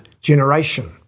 generation